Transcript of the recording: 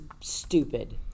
stupid